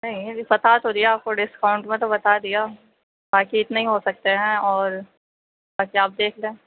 نہیں ابھی پتا تو دیا آپ کو ڈسکاؤنٹ میں تو بتا دیا باقی اتنے ہی ہو سکتے ہیں اور اچھا آپ دیکھ لیں